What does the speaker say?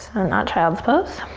and not child's pose.